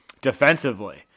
defensively